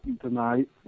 tonight